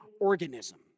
organism